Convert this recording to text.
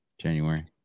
January